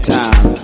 time